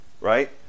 right